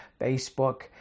Facebook